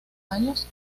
años